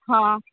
हँ